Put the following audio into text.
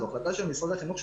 זו החלטה של משרד החינוך,